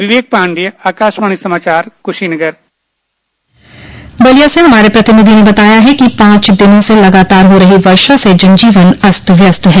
विवेक पांडेय आकाशवाणी समाचार कुशीनगर बलिया से हमारे प्रतिनिधि ने बताया है कि पांच दिनों से लगातार हो रहो वर्षा से जनजीवन अस्त व्यस्त है